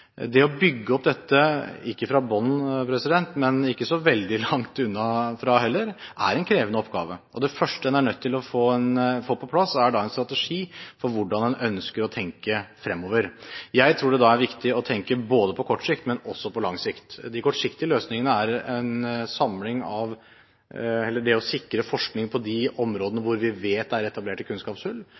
Det å bygge opp dette – ikke fra bunnen, men ikke så veldig langt unna, heller – er en krevende oppgave. Det første en er nødt til å få på plass, er en strategi for hvordan man ønsker å tenke fremover. Jeg tror det da er viktig å tenke både på kort sikt og på lang sikt. Den kortsiktige løsningen er å sikre forskning på de områdene hvor vi vet det er etablerte